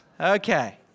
Okay